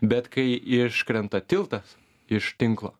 bet kai iškrenta tiltas iš tinklo